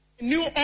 New